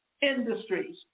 industries